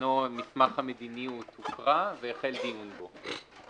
שעניינו מסמך המדיניות, הוקרא, והחל דיון בו.